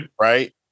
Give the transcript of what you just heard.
Right